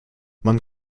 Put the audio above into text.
man